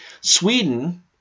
Sweden